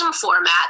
format